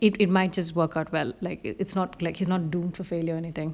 it it might just work out well like it's not like he's not doomed for failure or anything